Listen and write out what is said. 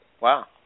Wow